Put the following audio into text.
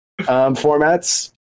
formats